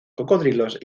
cocodrilos